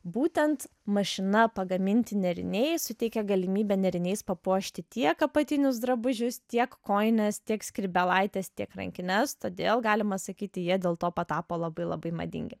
būtent mašina pagaminti nėriniai suteikė galimybę nėriniais papuošti tiek apatinius drabužius tiek kojines tiek skrybėlaites tiek rankines todėl galima sakyti jie dėl to patapo labai labai madingi